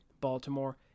Baltimore